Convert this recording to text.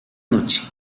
noche